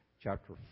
chapter